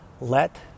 let